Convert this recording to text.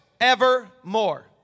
evermore